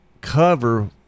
cover